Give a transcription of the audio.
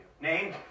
Name